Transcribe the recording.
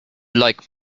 like